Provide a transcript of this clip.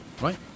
right